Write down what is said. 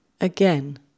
again